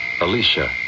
Alicia